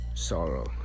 sorrow